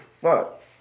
Fuck